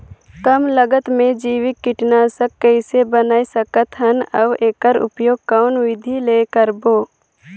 कम लागत मे जैविक कीटनाशक कइसे बनाय सकत हन अउ एकर उपयोग कौन विधि ले करबो?